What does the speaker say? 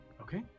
Okay